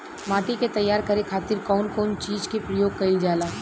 माटी के तैयार करे खातिर कउन कउन चीज के प्रयोग कइल जाला?